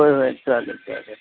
होय होय चालेल चालेल